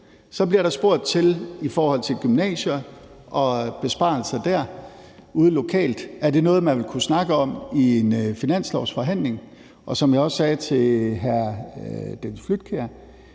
Så bliver der spurgt i forhold til gymnasier og besparelser derude lokalt, og om det er noget, man vil kunne snakke om i en finanslovsforhandling. Som jeg også sagde til hr. Dennis Flydtkjær: